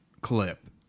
clip